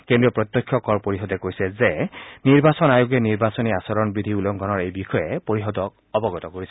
কেন্দ্ৰীয় প্ৰত্যক্ষ কৰ পৰিষদে কৈছে যে নিৰ্বাচন আয়োগে নিৰ্বাচনী আচৰণ বিধি উলংঘনৰ এই বিষয়ে পৰিষদক অৱগত কৰিছিল